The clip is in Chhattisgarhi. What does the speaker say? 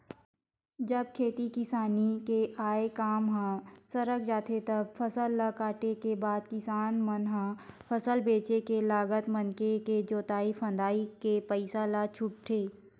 जब खेती किसानी के आय काम ह सरक जाथे तब फसल ल काटे के बाद किसान मन ह फसल बेंच के लगत मनके के जोंतई फंदई के पइसा ल छूटथे